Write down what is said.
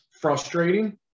frustrating